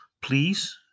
Please